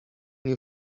new